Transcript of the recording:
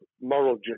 moral